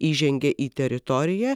įžengė į teritoriją